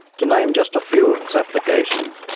to name just a few of its applications.